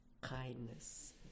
kindness